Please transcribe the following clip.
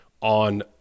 on